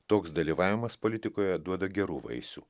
toks dalyvavimas politikoje duoda gerų vaisių